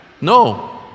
No